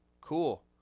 cool